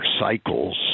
cycles